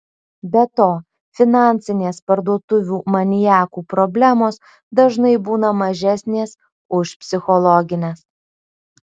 be to finansinės parduotuvių maniakų problemos dažnai būna mažesnės už psichologines